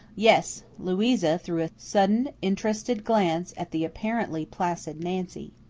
yes. louisa threw a sudden interested glance at the apparently placid nancy.